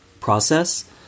process